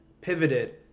pivoted